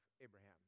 Abraham